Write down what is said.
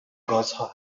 گازها